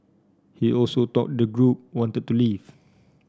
he also thought the group wanted to leave